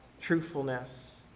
truthfulness